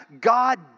God